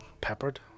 peppered